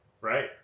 right